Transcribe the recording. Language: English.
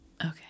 Okay